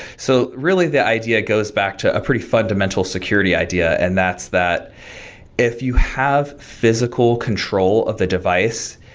so really the idea goes back to a pretty fundamental security idea, and that's that if you have physical control of the device,